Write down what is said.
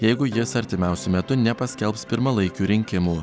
jeigu jis artimiausiu metu nepaskelbs pirmalaikių rinkimų